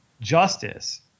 justice